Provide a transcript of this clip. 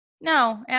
No